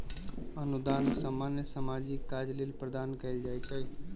अनुदान सामान्य सामाजिक काज लेल प्रदान कएल जाइ छइ